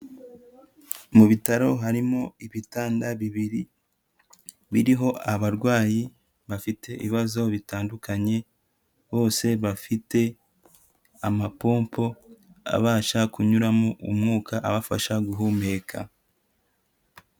Mu bitaro harimo ibitanda bibiri biriho abarwayi bafite ibibazo bitandukanye, bose bafite amapompo abasha kunyuramo umwuka, abafasha guhumeka.